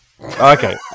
Okay